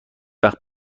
وقت